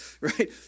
right